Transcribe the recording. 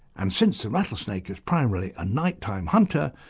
and since the rattlesnake is primarily a night-time hunter,